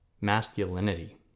Masculinity